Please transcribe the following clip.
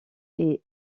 est